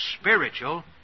spiritual